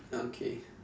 okay